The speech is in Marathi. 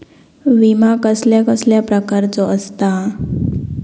विमा कसल्या कसल्या प्रकारचो असता?